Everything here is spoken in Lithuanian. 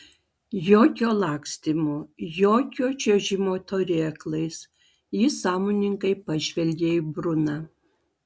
jokio lakstymo jokio čiuožimo turėklais jis sąmoningai pažvelgė į bruną